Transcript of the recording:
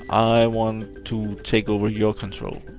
i want to take over your control.